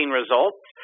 results